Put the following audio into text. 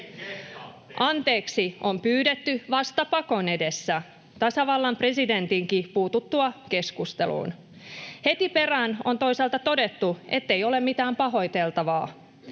Anteeksi on pyydetty vasta pakon edessä, tasavallan presidentinkin puututtua keskusteluun. Heti perään on toisaalta todettu, ettei ole mitään pahoiteltavaa.